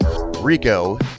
Rico